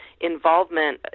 involvement